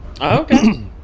Okay